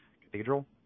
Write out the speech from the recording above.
cathedral